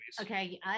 Okay